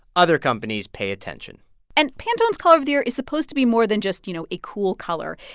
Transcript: other companies pay attention and pantone's color of the year is supposed to be more than just, you know, a cool color.